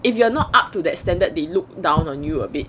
if you are not up to that standard they look down on you a bit